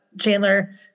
Chandler